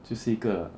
就是一个